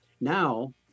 now